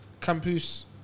campus